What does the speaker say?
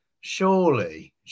surely